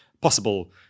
possible